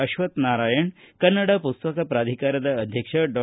ಅಶ್ವತ್ವನಾರಾಯಣ ಕನ್ನಡ ಪುಸ್ತಕ ಪ್ರಾಧಿಕಾರದ ಅಧ್ಯಕ್ಷ ಡಾ